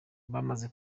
bamaze